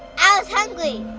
i was hungry.